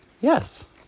yes